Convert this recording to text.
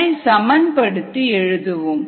அதை சமன்படுத்தி எழுதுவோம்